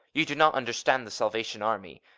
you do not understand the salvation army.